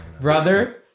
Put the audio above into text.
brother